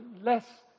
less